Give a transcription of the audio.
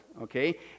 okay